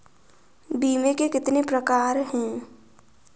बीमे के कितने प्रकार हैं?